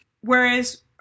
Whereas